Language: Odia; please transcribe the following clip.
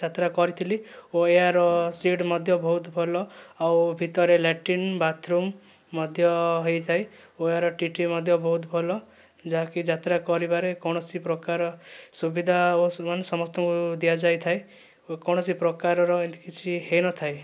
ଯାତ୍ରା କରିଥିଲି ଓ ଏହାର ସିଟ୍ ମଧ୍ୟ ବହୁତ ଭଲ ଆଉ ଭିତରେ ଲାଟ୍ରିନ୍ ବାଥରୁମ୍ ମଧ୍ୟ ହୋଇଥାଏ ଓ ଏହାର ଟିଟି ମଧ୍ୟ ବହୁତ ଭଲ ଯାହାକି ଯାତ୍ରା କରିବାରେ କୌଣସି ପ୍ରକାର ସୁବିଧା ଓ ସମସ୍ତଙ୍କୁ ଦିଆଯାଇଥାଏ କୌଣସି ପ୍ରକାରର ଏମିତି କିଛି ହୋଇନଥାଏ